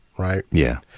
right? yeah.